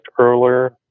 earlier